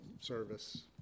service